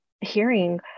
hearing